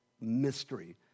mystery